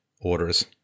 orders